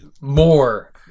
More